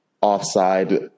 offside